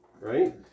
right